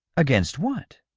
against what?